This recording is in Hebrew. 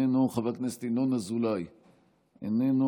איננו,